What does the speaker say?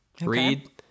Read